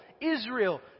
Israel